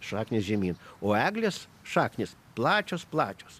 šaknys žemyn o eglės šaknys plačios plačios